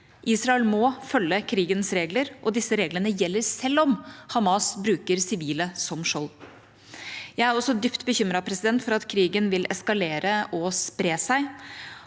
Israel må følge krigens regler, og disse reglene gjelder selv om Hamas bruker sivile som skjold. Jeg er også dypt bekymret for at krigen vil eskalere og spre seg,